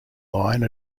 line